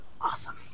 Awesome